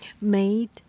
made